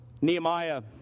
Nehemiah